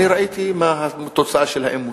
אני ראיתי מה התוצאה של האימוץ.